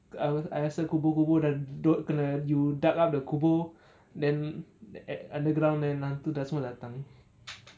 I was I rasa kubur-kubur dan do~ kena you dug up the kubur then th~ underground then hantu dah semua datang